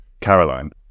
Caroline